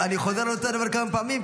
חזרתי על אותו דבר כמה פעמים,